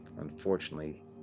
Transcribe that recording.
Unfortunately